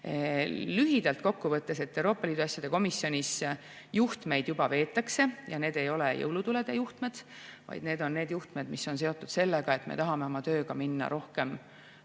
Lühidalt kokku võttes, Euroopa Liidu asjade komisjonis juhtmeid juba veetakse, ja need ei ole jõulutulede juhtmed, vaid need on need juhtmed, mis on seotud sellega, et me tahame oma tööga minna rohkem